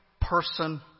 person